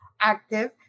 active